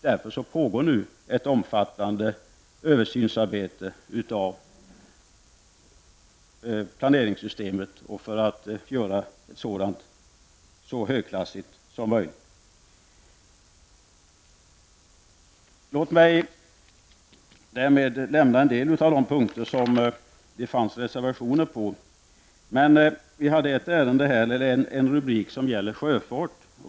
Därför pågår ett omfattande översynsarbete beträffande planeringssystemet, så att detta skall bli så högklassigt som möjligt. Låt mig därmed lämna en del av de punkter där det finns reservationer. Ett avsnitt gäller sjöfart.